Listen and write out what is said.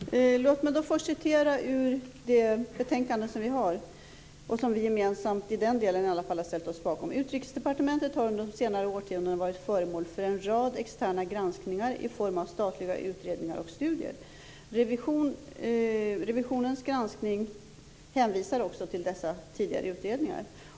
Herr talman! Låt mig först citera ur betänkandet, som vi gemensamt, i alla fall i denna del, har ställt oss bakom: "Utrikesdepartementet har under de senare årtiondena varit föremål för en rad externa granskningar i form av statliga utredningar och studier. Revisionens granskning hänvisar också till dessa tidigare utredningar."